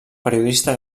periodista